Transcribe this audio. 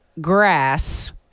grass